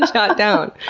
jot down?